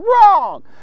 wrong